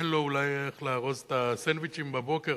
אין לו אולי איך לארוז את הסנדוויצ'ים בבוקר.